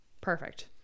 Perfect